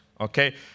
okay